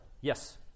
Yes